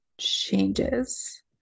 changes